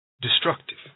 destructive